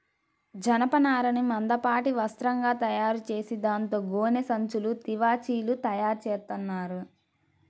జనపనారని మందపాటి వస్త్రంగా తయారుచేసి దాంతో గోనె సంచులు, తివాచీలు తయారుచేత్తన్నారు